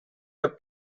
are